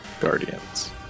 guardians